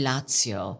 Lazio